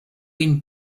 been